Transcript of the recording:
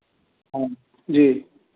हाँ जी